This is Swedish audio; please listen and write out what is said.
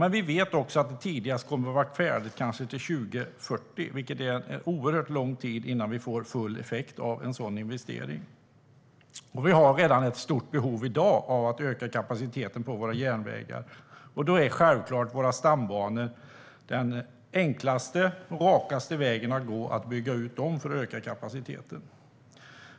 Men vi vet att det kommer att vara färdigt kanske tidigast 2040, vilket innebär oerhört lång tid innan vi får full effekt av en sådan investering. Vi har redan i dag ett stort behov av att öka kapaciteten på våra järnvägar. Då är självklart den enklaste och rakaste vägen för att öka kapaciteten att bygga ut våra stambanor.